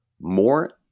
more